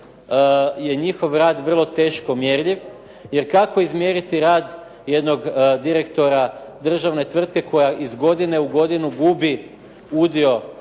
je njihov rad vrlo teško mjerljiv jer kako izmjeriti rad jednog direktora državne tvrtke koja iz godine u godinu gubi udio